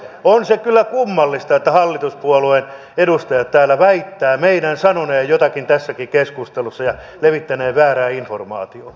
on se kyllä kummallista että hallituspuolueen edustajat täällä väittävät meidän sanoneen jotakin tässäkin keskustelussa ja levittäneen väärää informaatiota